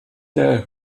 der